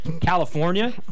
California